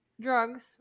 drugs